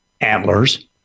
antlers